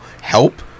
help